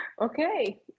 Okay